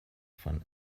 von